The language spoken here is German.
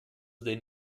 den